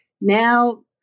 Now